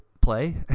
play